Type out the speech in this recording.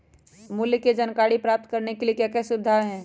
मूल्य के जानकारी प्राप्त करने के लिए क्या क्या सुविधाएं है?